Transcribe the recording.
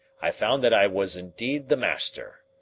i found that i was indeed the master.